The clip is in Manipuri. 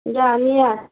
ꯌꯥꯅꯤ ꯌꯥꯅꯤ